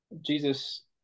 Jesus